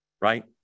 right